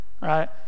right